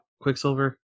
Quicksilver